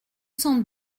cent